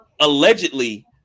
allegedly